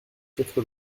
quatre